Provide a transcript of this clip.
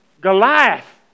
Goliath